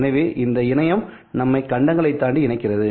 எனவே இந்த இணையம்நம்மை கண்டங்களை தாண்டி இணைக்கிறது